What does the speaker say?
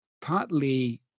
partly